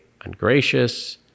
ungracious